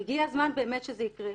הגיע הזמן באמת שזה יקרה,